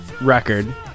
record